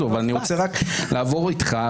אני רוצה רק לעבור איתך,